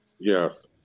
yes